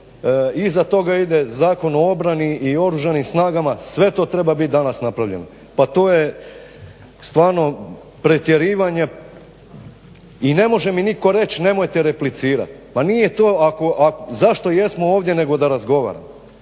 Iza toga ide zakon o obrani i oružanim snagama, sve to treba biti danas napravljano. Pa to je stvarno pretjerivanje i ne može mi nitko reći nemojte replicirati. A zašto jesmo ovdje nego da razgovaramo.